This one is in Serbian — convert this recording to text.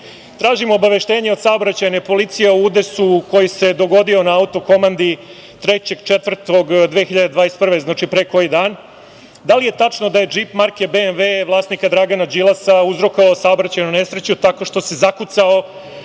tražim obaveštenje od saobraćajne policije u udesu koji se dogodio na Autokomandi 3. aprila 2021. godine, znači pre koji dan. Da li je tačno da je džip marke BMV vlasnika Dragana Đilasa uzrokovao saobraćajnu nesreću tako što se zakucao